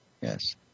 yes